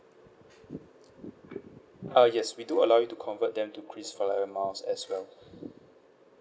uh yes we do allow you to convert them to krisflyer miles as well